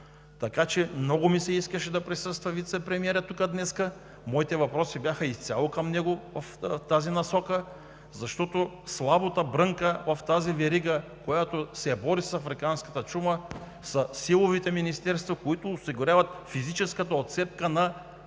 Много ми се искаше да присъства вицепремиерът тук днес. Моите въпроси бяха изцяло към него в тази насока, защото слабата брънка в тази верига, която се бори с африканската чума, са силовите министерства, които осигуряват физическата отцепка на